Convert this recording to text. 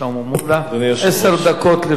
בבקשה.